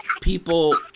people